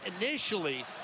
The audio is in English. initially